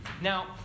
Now